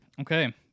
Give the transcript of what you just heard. Okay